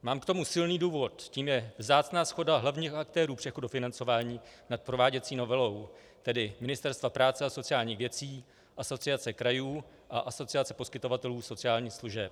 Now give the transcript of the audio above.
Mám k tomu silný důvod tím je vzácná shoda hlavních aktérů přechodu financování nad prováděcí novelou, tedy Ministerstva práce a sociálních věcí, Asociace krajů a Asociace poskytovatelů sociálních služeb.